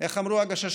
איך אמרו הגששים?